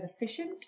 efficient